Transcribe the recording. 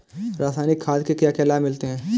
रसायनिक खाद के क्या क्या लाभ मिलते हैं?